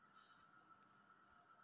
మనం తెగుళ్లను ఎట్లా గుర్తించచ్చు?